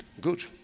Good